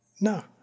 no